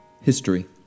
History